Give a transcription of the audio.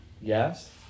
Yes